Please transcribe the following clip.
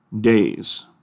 days